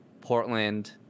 portland